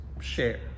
share